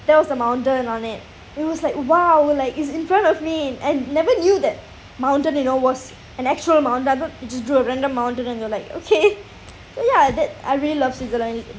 there was a mountain on it I was like !wow! like it's in front of me and I never knew that mountain you know was an actual mountain I thought they just draw a random mountain and you're like okay ya that I really love switzerland